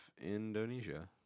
Indonesia